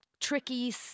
tricky